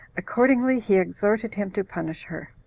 accordingly, he exhorted him to punish her,